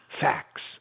facts